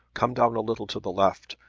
come down a little to the left.